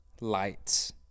lights